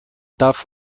darf